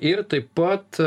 ir taip pat